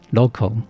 local